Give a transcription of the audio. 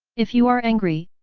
if you are angry,